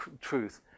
truth